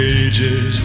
ages